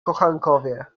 kochankowie